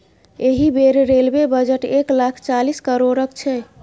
एहि बेर railway budget एक लाख चालीस करोड़क छै